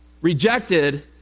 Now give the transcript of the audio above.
rejected